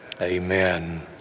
amen